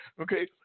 Okay